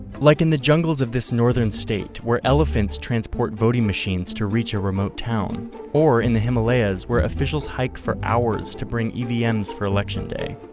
like in the jungles of this northern state where elephants transport voting machines to reach a remote town or in the himalayas where officials hike for hours to bring evms for election day.